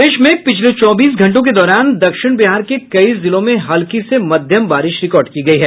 प्रदेश में पिछले चौबीस घंटों के दौरान दक्षिण बिहार के कई जिलों में हल्की से मध्यम बारिश रिकार्ड की गयी है